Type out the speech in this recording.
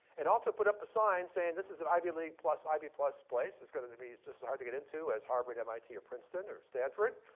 and also put up a sign saying, this is an ivy league plus, ivy plus place. it's going to to be just as hard to get into as harvard, mit, or princeton, or stanford.